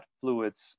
fluids